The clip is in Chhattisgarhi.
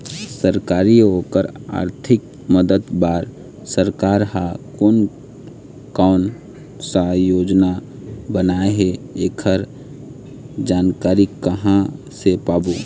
सरकारी अउ ओकर आरथिक मदद बार सरकार हा कोन कौन सा योजना बनाए हे ऐकर जानकारी कहां से पाबो?